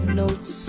notes